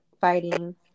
fighting